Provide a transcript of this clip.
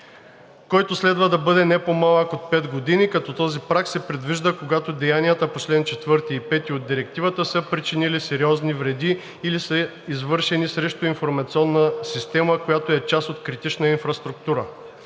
който следва да бъде не по-малък от пет години, като този праг се предвижда, когато деянията по чл. 4 и 5 от Директивата са причинили сериозни вреди или са извършени срещу информационна система, която е част от критична инфраструктура.